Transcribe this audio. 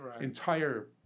entire